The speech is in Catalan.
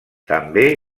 també